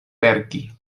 verki